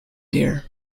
dear